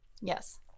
Yes